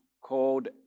called